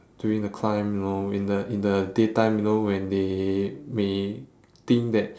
doing the climb you know in the in the daytime you know when they may think that